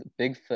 Bigfoot